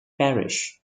parrish